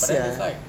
but then it's like